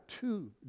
two